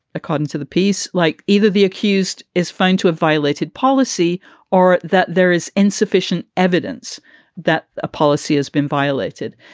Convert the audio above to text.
according to the piece, like either the accused is found to have violated policy or that there is insufficient evidence that a policy has been violated.